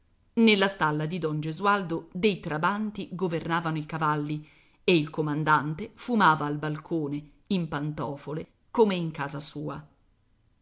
nella stalla di don gesualdo dei trabanti governavano i cavalli e il comandante fumava al balcone in pantofole come in casa sua